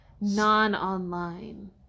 Non-online